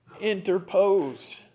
Interpose